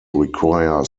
require